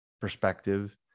perspective